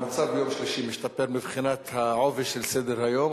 המצב ביום שלישי משתפר מבחינת העובי של סדר-היום,